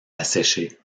asséché